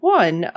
one